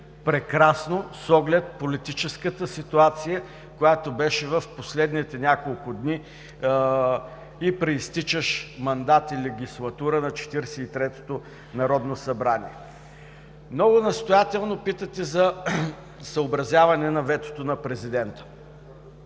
прекрасно с оглед политическата ситуация, която беше в последните няколко дни и при изтичащ мандат и легислатура на 43-то Народно събрание. Много настоятелно питате за съобразяване на ветото на президента.